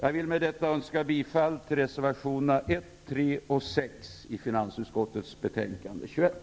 Jag vill med detta yrka bifall till reservationerna 1, 3 och 6 i finansutskottets betänkande 21.